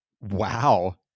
Wow